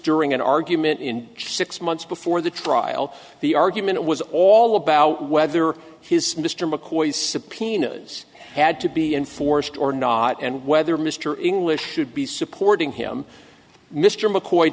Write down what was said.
during an argument in six months before the trial the argument was all about whether his mr mccoy's subpoenas had to be enforced or not and whether mr english should be supporting him mr mccoy